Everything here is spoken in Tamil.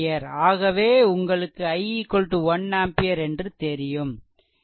ஆகவே உங்களுக்கு i 1 ஆம்பியர் என்று தெரியும்